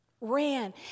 Ran